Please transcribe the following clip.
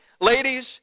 Ladies